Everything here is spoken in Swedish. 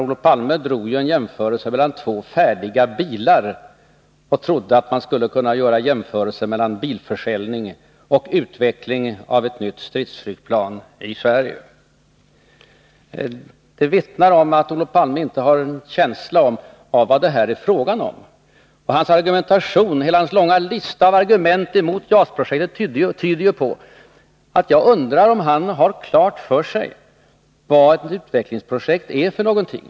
Olof Palme drog nämligen en jämförelse mellan två färdiga bilar och trodde alltså att man skulle kunna göra jämförelser mellan bilförsäljning och utveckling av ett nytt stridsflygplan i Sverige. Det vittnar om att Olof Palme inte har någon känsla för vad det här är fråga om. Hela hans långa lista av argument emot JAS-projektet tydde ju på detta, och jag undrar om han har klart för sig vad ett utvecklingsprojekt är för någonting.